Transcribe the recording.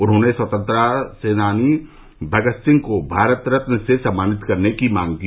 उन्होंने स्वतंत्रता सेनानी भगत सिंह को भारत रत्न से सम्मानित करने की मांग की